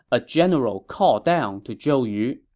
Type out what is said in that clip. a general called down to zhou yu